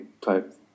type